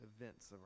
events